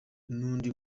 n’undi